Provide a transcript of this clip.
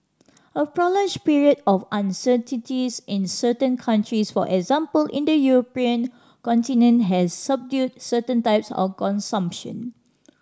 a prolonged period of uncertainties in certain countries for example in the European continent has subdued certain types of consumption